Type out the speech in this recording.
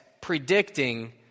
predicting